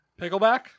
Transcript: Pickleback